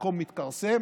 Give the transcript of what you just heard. המקום מתכרסם.